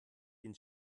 den